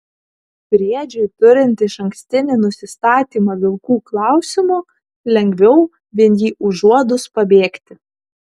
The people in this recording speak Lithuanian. briedžiui turint išankstinį nusistatymą vilkų klausimu lengviau vien jį užuodus pabėgti